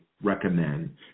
recommend